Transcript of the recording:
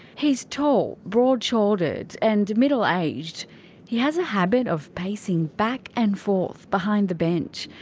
he's tall, broad-shouldered and middle-aged. he has a habit of pacing back and forth behind the bench.